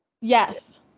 Yes